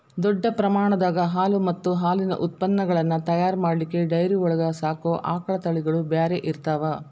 ದೊಡ್ಡ ಪ್ರಮಾಣದಾಗ ಹಾಲು ಮತ್ತ್ ಹಾಲಿನ ಉತ್ಪನಗಳನ್ನ ತಯಾರ್ ಮಾಡ್ಲಿಕ್ಕೆ ಡೈರಿ ಒಳಗ್ ಸಾಕೋ ಆಕಳ ತಳಿಗಳು ಬ್ಯಾರೆ ಇರ್ತಾವ